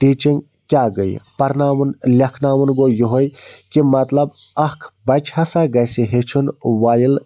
teaching کیٛاہ گٔیے پَرناوُن لیکھناوُن گوٚو یہَے کہِ مطلب اَکھ بَچہِ ہَسا گژھِ ہیٚچھُن وایِل